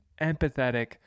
empathetic